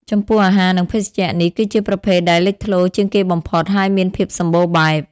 ចំពោះអាហារ និងភេសជ្ជៈនេះគឺជាប្រភេទដែលលេចធ្លោជាងគេបំផុត ហើយមានភាពសម្បូរបែប។